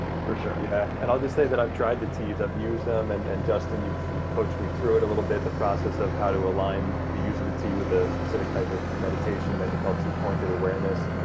for sure. yeah, and i'll just say that i've tried the teas, i've used them and, justin, you've you've coached me through it a little bit, the process of how to align the use of the tea with a specific type of meditation that you call two-pointed awareness.